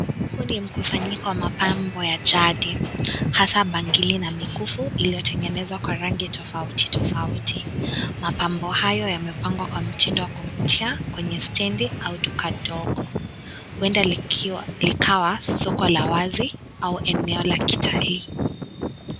Huu ni mkusanyiko wa mapambo ya jadi, hasa bangili na mikufu iliyotengenezwa kwa rangi tofauti tofauti. Mapambo hayo yamepangwa kwa mtindo wa kuvutia, kwenye stendi au duka dogo. Huenda likawa soko la wazi, au eneo la kitalii.